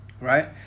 right